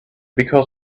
because